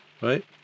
Right